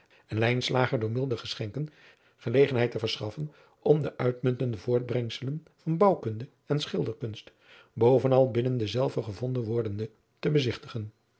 door milde geschenken gelegenheid te verschaffen om de uitmuntende voortbrengsels van bouwkunde en schilderkunst bovenal binnen dezelve gevonden wordende te bezigtigen